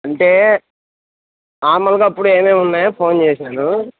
అంటే మామూలుగా అప్పుడు ఏమేం ఉన్నాయో ఫోన్ చేసాను